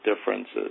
differences